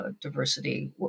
Diversity